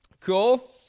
Cool